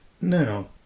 now